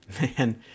Man